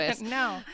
no